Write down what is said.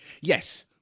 Yes